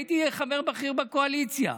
הייתי חבר בכיר בקואליציה,